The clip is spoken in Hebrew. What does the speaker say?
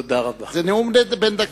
זה נאום בן דקה.